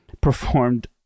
performed